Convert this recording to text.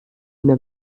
mir